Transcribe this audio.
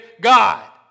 God